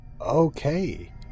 Okay